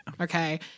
Okay